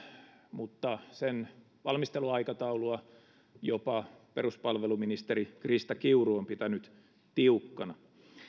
mutta sen valmisteluaikataulua on jopa peruspalveluministeri krista kiuru pitänyt tiukkana